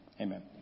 Amen